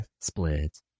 Split